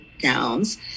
gowns